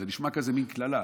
זה נשמע כזאת מין קללה.